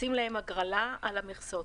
עושים להם הגרלה על מכסות.